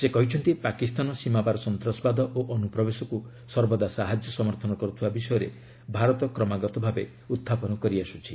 ସେ କହିଛନ୍ତି ପାକିସ୍ତାନ ସୀମାପାର ସନ୍ତାସବାଦ ଓ ଅନୁପ୍ରବେଶକୁ ସର୍ବଦା ସାହାଯ୍ୟ ସମର୍ଥନ କରୁଥିବା ବିଷୟରେ ଭାରତ କ୍ରମାଗତ ଭାବେ ଉହ୍ଚାପନ କରିଆସୁଛି